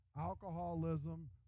alcoholism